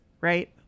right